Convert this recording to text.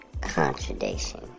Contradiction